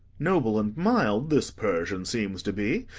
noble and mild this persian seems to be,